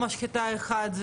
מישהו יודע לענות מה קורה